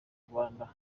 rwanda